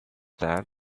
that